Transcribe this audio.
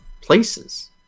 places